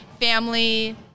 family